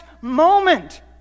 moment